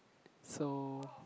so